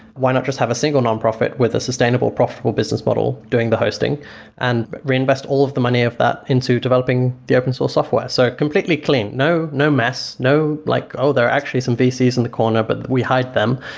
why not just have a single nonprofit with a sustainable profitable business model doing the hosting and reinvest all of the money of that into developing the open source software? so completely clean. no no mess. no like, oh, there are actually some vcs vcs in the corner, but we hide them.